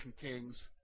Kings